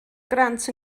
grant